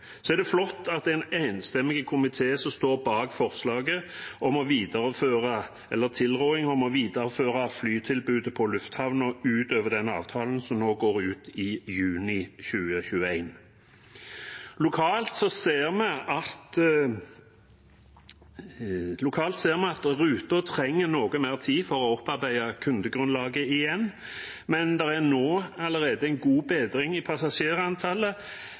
Det er flott at det er en enstemmig komité som står bak tilrådingen om å videreføre flytilbudet på lufthavnen utover den avtalen som går ut i juni 2021. Lokalt ser vi at ruter trenger noe mer tid for å opparbeide kundegrunnlaget igjen. Det er allerede nå en god bedring i passasjerantallet,